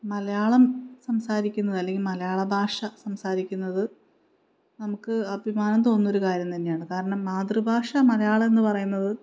മലയാളം സംസാരിക്കുന്നത് അല്ലെങ്കിൽ മലയാള ഭാഷ സംസാരിക്കുന്നത് നമുക്ക് അഭിമാനം തോന്നുന്നൊരു കാര്യം തന്നെയാണ് കാരണം മാതൃഭാഷ മലയാളം എന്ന് പറയുന്നത്